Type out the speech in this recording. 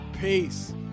Peace